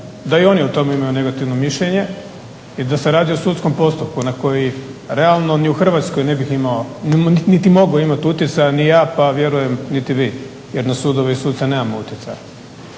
da i oni o tome imaju negativno mišljenje i da se radi o sudskom postupku na koji realno ni u Hrvatskoj ne bih imao niti mogu imati utjecaja ni ja pa vjerujem niti vi jer na sudove i suca nemamo utjecaja.